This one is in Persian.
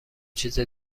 چیز